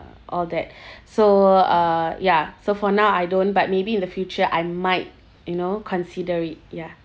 all that so uh ya so for now I don't but maybe in the future I might you know consider it ya